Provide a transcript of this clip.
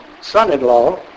son-in-law